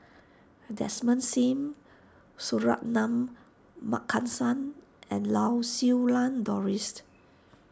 Desmond Sim Suratman Markasan and Lau Siew Lang Dorised